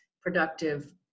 productive